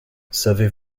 savez